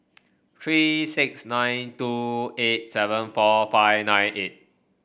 three six nine two eight seven four five nine eight